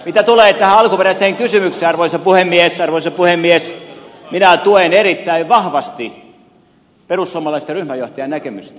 mitä tulee tähän alkuperäiseen kysymykseen arvoisa puhemies minä tuen erittäin vahvasti perussuomalaisten ryhmänjohtajan näkemystä